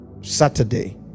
saturday